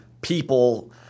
people